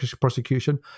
prosecution